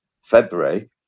February